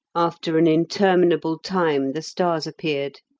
after an interminable time the stars appeared,